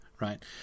right